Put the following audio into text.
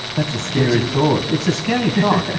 that's a scary thought. it's a scary thought.